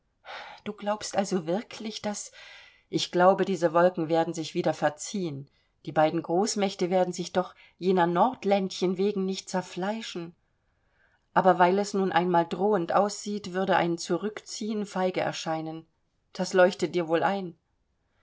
du glaubst also wirklich daß ich glaube diese wolken werden sich wieder verziehen die beiden großmächte werden sich doch jener nordländchen wegen nicht zerfleischen aber weil es nun einmal drohend aussieht würde ein zurückziehen feige erscheinen das leuchtet dir wohl ein